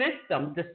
system